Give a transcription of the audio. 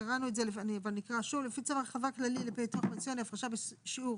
חולק בשעות